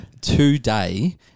today